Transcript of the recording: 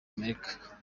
amerika